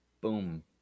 Boom